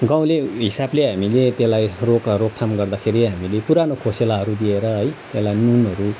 गाउँले हिसाबले हामीले त्यसलाई रोक रोकथाम गर्दाखेरि हामीले पुरानो खोसेलाहरू दिएर है त्यसलाई नुनहरू